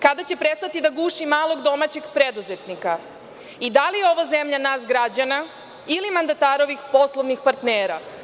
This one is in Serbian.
Kada će prestati da guši malog domaćeg preduzetnika i da li je ovo zemlja nas građana ili mandatarovih poslovnih partnera?